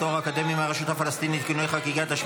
תואר אקדמי מהרשות הפלסטינית (תיקוני חקיקה(,